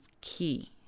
key